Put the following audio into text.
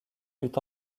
fut